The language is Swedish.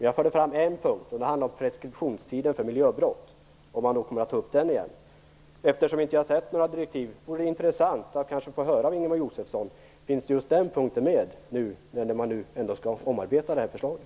Jag förde fram en synpunkt, preskriptionstiden för miljöbrott, och frågade om man kommer att ta upp den igen. Eftersom jag ännu inte sett några direktiv vore det intressant att få höra från Ingemar Josefsson om just den punkten finns med när man skall omarbeta förslaget.